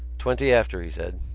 twenty after, he said.